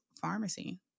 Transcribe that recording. pharmacy